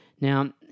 Now